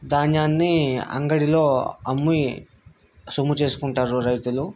ధాన్యాన్ని అంగడిలో అమ్మి సొమ్ము చేసుకుంటారు రైతులు